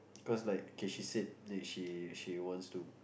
cause like okay she said that she she wants to